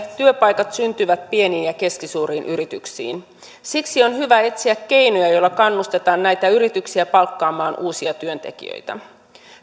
työpaikat syntyvät pieniin ja keskisuuriin yrityksiin siksi on hyvä etsiä keinoja joilla kannustetaan näitä yrityksiä palkkaamaan uusia työntekijöitä